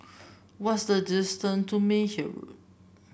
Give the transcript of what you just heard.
what is the distant to Meyer Road